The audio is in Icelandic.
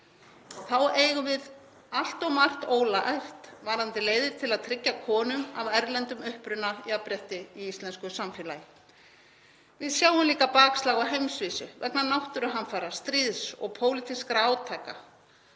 Þá eigum við allt of margt ólært varðandi leiðir til að tryggja konum af erlendum uppruna jafnrétti í íslensku samfélagi. Við sjáum líka bakslag á heimsvísu vegna náttúruhamfara, stríðs og pólitískra átaka.